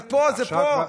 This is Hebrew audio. זה פה, זה פה.